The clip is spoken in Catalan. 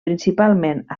principalment